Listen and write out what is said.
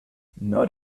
not